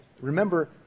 remember